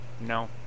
No